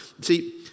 see